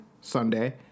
Sunday